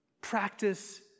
Practice